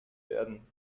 werden